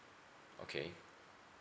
okay